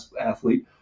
athlete